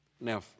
Now